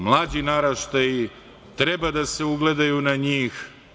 Mlađi naraštaji treba da se ugledaju na njih.